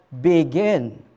begin